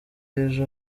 ejo